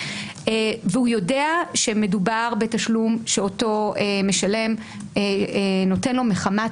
והוא יודע שמדובר בתשלום שאותו משלם נותן לו מחמת